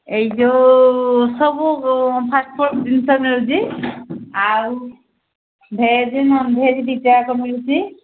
ଏଇ ଯୋଉ ସବୁ ଫାଷ୍ଟଫୁଡ୍ ଜିନିଷ ମିଳୁଛି ଆଉ ଭେଜ୍ ନନଭେଜ୍ ଦୁଇଟାଯାକ ମିଳୁଛି